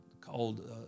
called